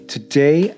Today